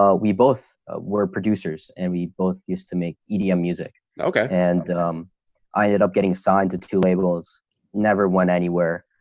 um we both were producers and we both used to make edm music. okay, and i ended up getting signed to two labels never went anywhere.